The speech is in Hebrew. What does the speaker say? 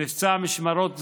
במבצע משמרות הזהב,